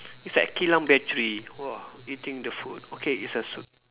it's at Kilang Bateri !wah! eating the food okay it's a suit~